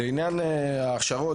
לעניין ההכשרות,